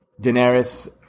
Daenerys